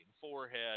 forehead